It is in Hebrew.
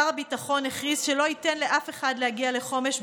שר הביטחון הכריז שלא ייתן לאף אחד להגיע לחומש,